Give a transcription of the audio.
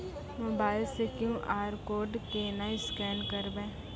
Mobile से QR code केना scan करबै?